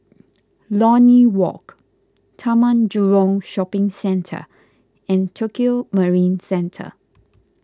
Lornie Walk Taman Jurong Shopping Centre and Tokio Marine Centre